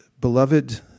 beloved